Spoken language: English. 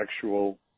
sexual